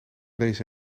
deze